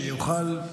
שיוכל,